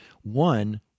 one